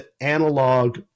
analog